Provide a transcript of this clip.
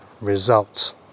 results